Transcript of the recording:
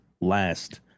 last